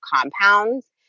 compounds